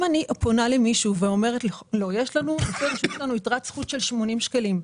אם אני פונה למישהו ואומרת לו שיש לנו יתרת זכות של 80 שקלים,